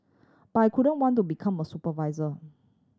but I couldn't want to become a supervisor